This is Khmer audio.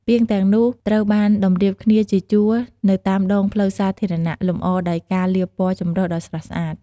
ពាងទាំងនោះត្រូវបានតម្រៀបគ្នាជាជួរនៅតាមដងផ្លូវសាធារណៈ លម្អដោយការលាបពណ៌ចម្រុះដ៏ស្រស់ស្អាត។